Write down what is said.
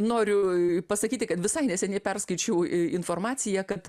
noriu pasakyti kad visai neseniai perskaičiau informaciją kad